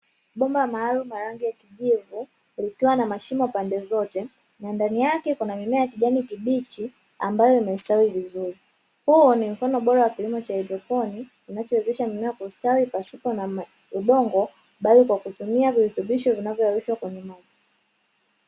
Bomba maalumu la rangi ya kijivu likiwa na mashimo pande zote na ndani yake kuna mimea ya kijani kibichi ambayo imestawi vizuri. Huu ni mfano bora wa kilimo cha hydroponi kinachowezesha mimea kustawi pasipo na udongo, bali kwa kutumia virutubisho vinavyowezeshwa kwenye maji.